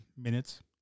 minutes